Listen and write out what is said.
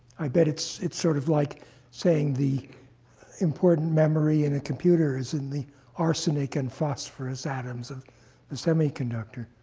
i bet it's it's sort of like saying the important memory in a computer is in the arsenic and phosphorus atoms of the semiconductor.